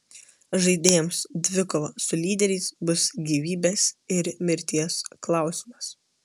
žaidėjams dvikova su lyderiais bus gyvybės ir mirties klausimas